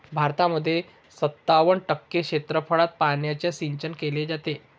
भारतामध्ये सत्तावन्न टक्के क्षेत्रफळात पाण्याचं सिंचन केले जात